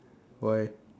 why